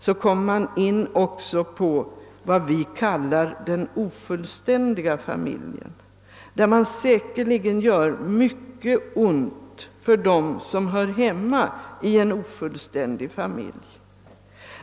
Då kommer man in också på vad vi kallar den ofullständiga familjen. Där gör man säkerligen mycket ont för dem som hör hemma i en sådan familj.